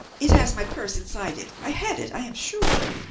it has my purse inside it. i had it, i am sure.